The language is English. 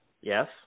yes